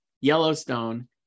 Yellowstone